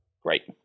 Great